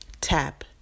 Tap